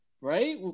Right